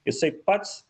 jisai pats